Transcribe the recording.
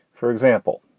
for example,